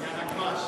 מהנגמ"ש.